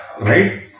Right